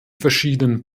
verschiedenen